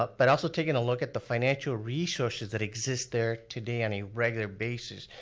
ah but also taking a look at the financial resources that exist there today on a regular basis.